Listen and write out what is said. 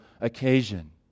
occasion